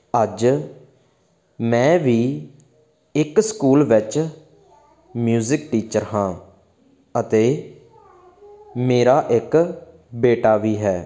ਅੱਜ ਮੈਂ ਵੀ ਇੱਕ ਸਕੂਲ ਵਿੱਚ ਮਿਊਜ਼ਿਕ ਟੀਚਰ ਹਾਂ ਅਤੇ ਮੇਰਾ ਇੱਕ ਬੇਟਾ ਵੀ ਹੈ